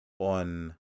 on